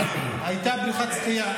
הייתה בריכת שחייה.